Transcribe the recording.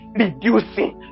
reducing